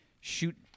shoot